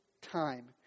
time